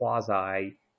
quasi